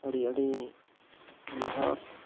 ᱟᱹᱰᱤᱼᱟᱹᱰᱤ ᱱᱮᱦᱚᱨ